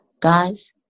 Guys